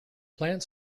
plant